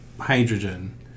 hydrogen